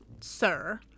sir